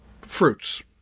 fruits